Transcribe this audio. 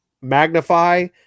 magnify